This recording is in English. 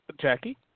Jackie